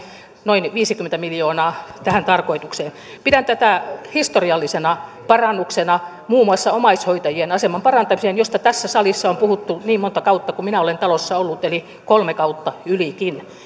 noin viisikymmentä miljoonaa tähän tarkoitukseen pidän tätä historiallisena parannuksena muun muassa omaishoitajien aseman parantamiseen josta tässä salissa on puhuttu niin monta kautta kuin minä olen talossa ollut eli kolme kautta ja ylikin